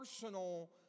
personal